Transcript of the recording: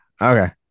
Okay